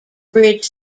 bridge